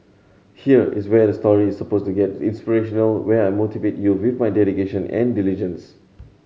here is where the story is suppose to get inspirational where I motivate you with dedication and diligence